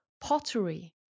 pottery